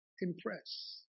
impress